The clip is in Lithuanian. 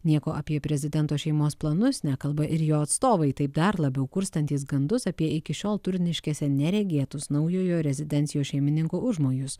nieko apie prezidento šeimos planus nekalba ir jo atstovai taip dar labiau kurstantys gandus apie iki šiol turniškėse neregėtus naujojo rezidencijos šeimininko užmojus